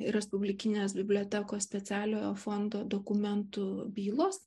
respublikinės bibliotekos specialiojo fondo dokumentų bylos